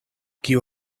kiu